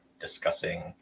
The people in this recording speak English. discussing